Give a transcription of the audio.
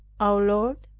our lord,